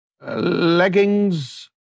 leggings